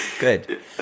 Good